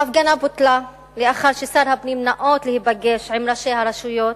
ההפגנה בוטלה לאחר ששר הפנים ניאות להיפגש עם ראשי הרשויות,